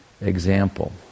example